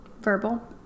verbal